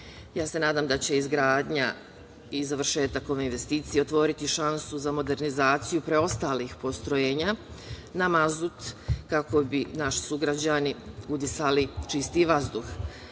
se da će izgradnja i završetak ove investicije otvoriti šansu za modernizaciju preostalih postrojenja na mazut, kako bi naši sugrađani udisali čistiji